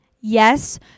Yes